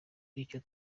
bityo